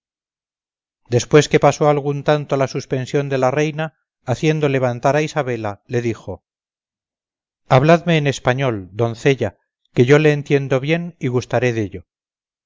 después que pasó algún tanto la suspensión de la reina haciendo levantar a isabela le dijo habladme en español doncella que yo le entiendo bien y gustaré dello